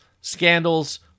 scandals